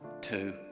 two